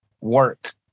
work